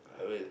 I will